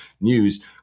news